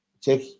check